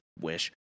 wish